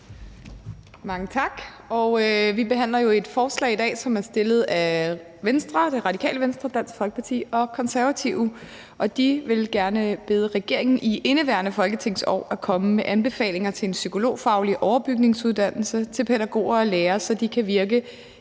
Mange tak. Vi behandler jo i dag et forslag, der er fremsat af Venstre, Radikale Venstre, Dansk Folkeparti og Konservative. De vil gerne bede regeringen om i indeværende folketingsår at komme med anbefalinger til en psykologfaglig overbygningsuddannelse for pædagoger og lærere, så de også kan virke